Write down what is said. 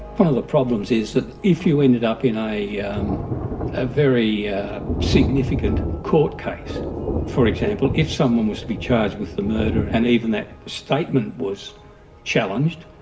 one of the problems is that if you ended up in a yeah um ah very significant court case for example, if someone was to be charged with the murder and even that statement was challenged,